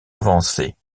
avancés